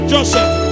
Joseph